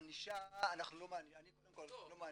אני קודם כל לא מעניש.